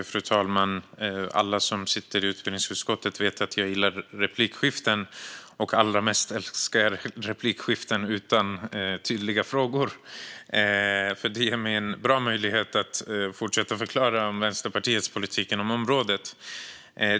Fru talman! Alla som sitter i utbildningsutskottet vet att jag gillar replikskiften - och allra mest älskar jag replikskiften utan tydliga frågor, för det ger mig en bra möjlighet att fortsätta förklara Vänsterpartiets politik på området.